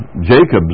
Jacob's